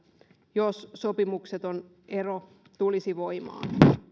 jos sopimukseton ero tulisi voimaan